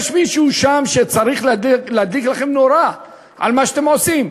יש מישהו שם שצריך להדליק לכם נורה על מה שאתם עושים.